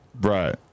Right